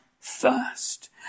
thirst